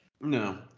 No